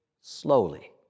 slowly